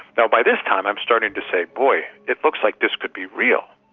now, by this time i'm starting to say, boy, it looks like this could be real.